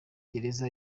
gereza